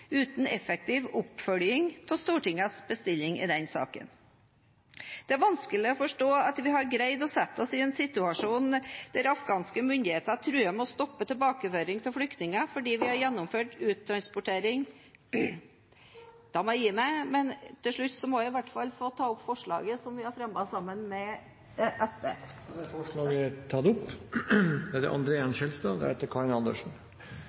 uten effektiv oppfølging av Stortingets bestilling i den saken. Det er vanskelig å forstå at vi har greid å sette oss i en situasjon der afghanske myndigheter truer med å stoppe tilbakeføring av flyktninger fordi vi har gjennomført uttransportering …. Da må jeg gi meg, men til slutt må jeg i hvert fall få ta opp forslaget som vi har fremmet sammen med SV. Representanten Heidi Greni har tatt opp